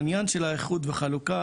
העניין של האיחוד והחלוקה,